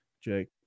Jake